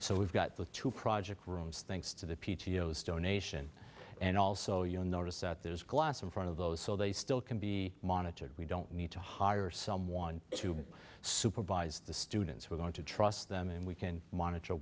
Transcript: so we've got the two project rooms thanks to the p t o s donation and also you'll notice that there's glass in front of those so they still can be monitored we don't need to hire someone to supervise the students we're going to trust them and we can monitor